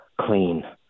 clean